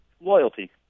loyalty